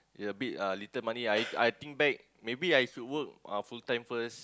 ya a bit ah little money I I think back maybe I should work uh full time first